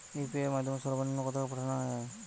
UPI এর মাধ্যমে সর্ব নিম্ন কত টাকা পাঠানো য়ায়?